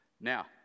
Now